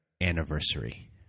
anniversary